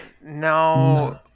No